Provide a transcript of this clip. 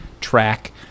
track